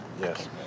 Yes